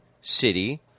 city